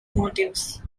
motives